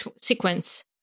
sequence